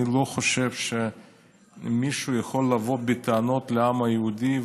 אני לא חושב שמישהו יכול לבוא בטענות לעם היהודי.